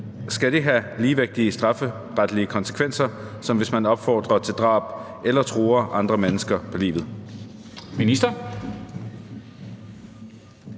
skal det have ligevægtige strafferetlige konsekvenser, som hvis man opfordrer til drab eller truer andre mennesker på livet?